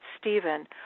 Stephen